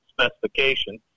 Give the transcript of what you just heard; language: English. specification